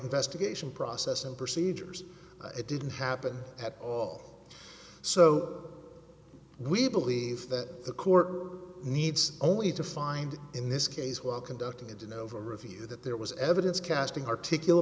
investigation process and procedures it didn't happen at all so we believe that the court needs only to find in this case while conducting its own over review that there was evidence casting articula